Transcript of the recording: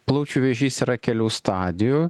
plaučių vėžys yra kelių stadijų